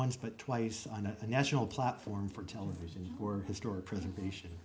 once but twice on a national platform for television or historic preservation